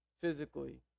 physically